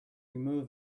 removed